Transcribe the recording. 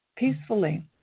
peacefully